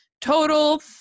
total